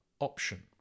option